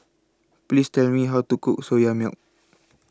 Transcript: Please Tell Me How to Cook Soya Milk